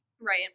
Right